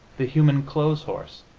the human clothes-horse,